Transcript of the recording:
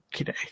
Okay